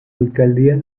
alcaldía